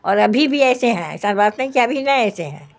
اور ابھی بھی ایسے ہیں ایسا بات نہیں کہ ابھی نہیں ایسے ہیں